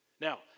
Now